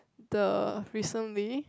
the recently